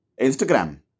Instagram